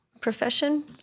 Profession